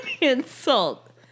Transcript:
insult